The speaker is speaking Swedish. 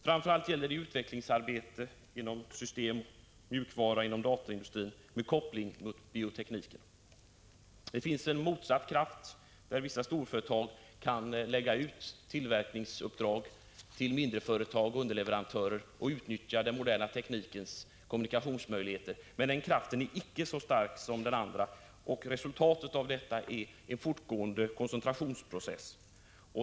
Främst gäller detta utveckling av system och mjukvara samt dataindustri med koppling till bioteknik. Det finns en motsatt kraft — vissa storföretag kan ibland lägga ut tillverkningsuppdrag på mindre företag och underleverantörer och utnyttja den moderna teknikens kommunikationsmöjligheter — men denna kraft är icke så stark som den andra. Resultatet blir en fortgående koncentrationsprocess.